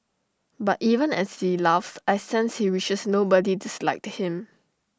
but even as he laughs I sense he wishes nobody disliked him